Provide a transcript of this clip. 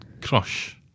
crush